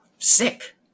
sick